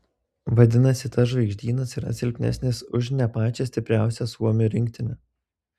vadinasi tas žvaigždynas yra silpnesnis už ne pačią stipriausią suomių rinktinę